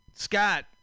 Scott